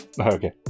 Okay